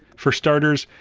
for starters,